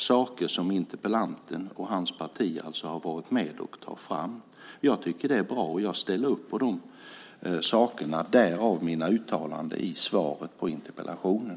Det är mål som interpellanten och hans parti har varit med om att ta fram. Jag tycker att det är bra, och jag ställer upp på det - därav mina uttalanden i svaret på interpellationen.